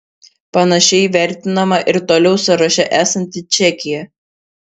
panašiai vertinama ir toliau sąraše esanti čekija